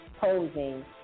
posing